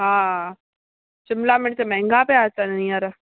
हा शिमला मिर्च महांगा पिया अचनि हींअर